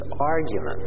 argument